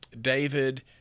David